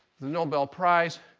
the nobel prize.